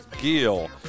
Gill